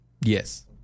Yes